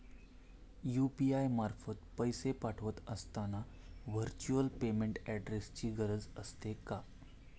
UPI मार्फत पैसे पाठवत असताना व्हर्च्युअल पेमेंट ऍड्रेसची गरज असते का?